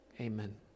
Amen